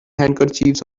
handkerchiefs